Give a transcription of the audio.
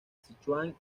sichuan